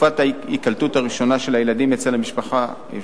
בתקופת ההיקלטות הראשונה של הילדים אצל משפחת